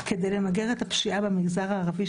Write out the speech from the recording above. כדי למגר את הפשיעה במגזר הערבי,